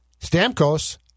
Stamkos